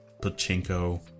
Pachinko